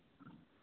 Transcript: हॅं